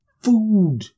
food